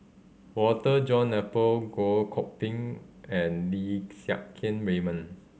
Walter John Napier Goh Koh Pui and Lim Siang Keat Raymond